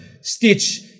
Stitch